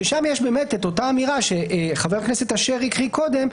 ששם יש אותה אמירה שחבר הכנסת אשר קרא קודם,